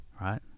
right